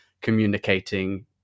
communicating